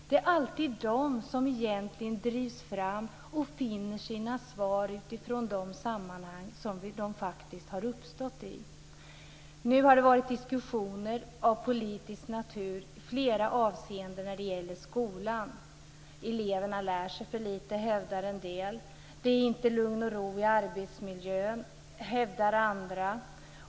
Det är alltid de som egentligen drivs fram och finner sina svar utifrån de sammanhang som de faktiskt har uppstått i. Nu har det varit diskussioner av politisk natur i flera avseenden när det gäller skolan. Eleverna lär sig för lite, hävdar en del. Det är inte lugn och ro i arbetsmiljön, hävdar andra.